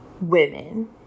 women